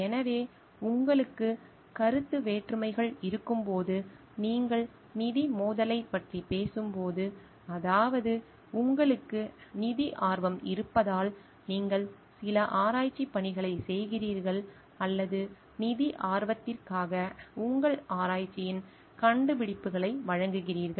எனவே உங்களுக்கு கருத்து வேற்றுமைகள் இருக்கும்போது நீங்கள் நிதி மோதலைப் பற்றி பேசும்போது அதாவது உங்களுக்கு நிதி ஆர்வம் இருப்பதால் நீங்கள் சில ஆராய்ச்சிப் பணிகளைச் செய்கிறீர்கள் அல்லது நிதி ஆர்வத்திற்காக உங்கள் ஆராய்ச்சியின் கண்டுபிடிப்புகளை வழங்குகிறீர்கள்